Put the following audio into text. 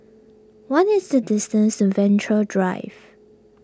what is the distance Venture Drive